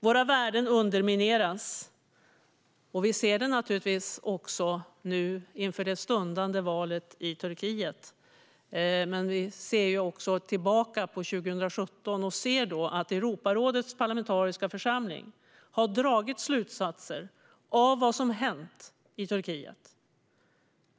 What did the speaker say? Våra värden undermineras, och vi ser det naturligtvis också inför det stundande valet i Turkiet. Vi ser tillbaka på 2017 och ser då att Europarådets parlamentariska församling har dragit slutsatser av vad som hänt i Turkiet.